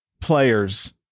players